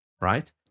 right